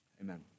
Amen